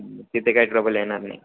तिथे काय ट्रबल येणार नाही